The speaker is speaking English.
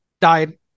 died